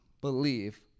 believe